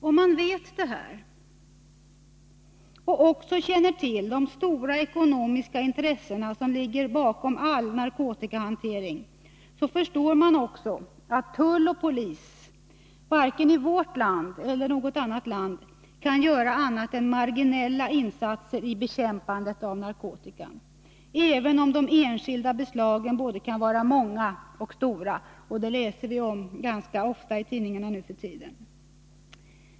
Om man vet detta och känner till de stora ekonomiska intressen som ligger bakom all narkotikahantering, så förstår man också att tull och polis varken i vårt land eller i något annat land kan göra mer än marginella insatser i bekämpandet av narkotikan, även om de enskilda beslagen kan vara både många och stora. Det läser vi ju om ganska ofta i tidningarna nu för tiden.